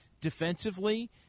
defensively